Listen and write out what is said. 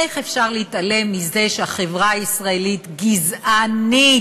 איך אפשר להתעלם מזה שהחברה הישראלית גזענית,